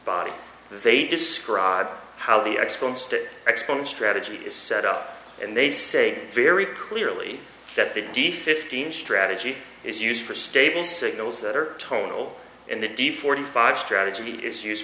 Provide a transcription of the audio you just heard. body they describe how the exports to export strategy is set out and they say very clearly that the d fifteen strategy is used for stable signals that are total in the d forty five strategy is used